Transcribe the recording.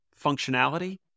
functionality